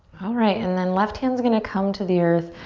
alright, and then left hand's gonna come to the earth.